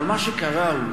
אבל מה שקרה הוא,